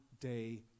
day